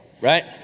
right